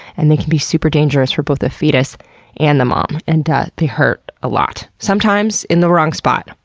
and they can be super dangerous for both the fetus and the mom. and they hurt a lot. sometimes in the wrong spot.